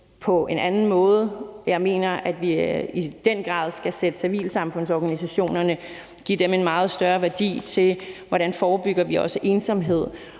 på en anden måde. Jeg mener, at vi i den grad skal give civilsamfundsorganisationerne en meget større værdi, i forhold til hvordan vi forebygger ensomhed.